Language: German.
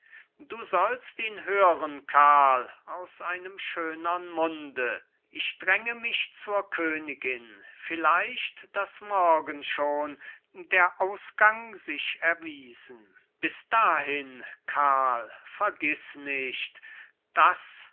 du sollst ihn hören karl aus einem schönern munde ich dränge mich zur königin vielleicht daß morgen schon der ausgang sich erwiesen bis dahin karl vergiß nicht daß